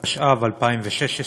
התשע"ו 2016,